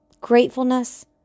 gratefulness